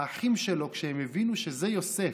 האחים שלו, כשהם הבינו שזה יוסף,